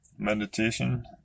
Meditation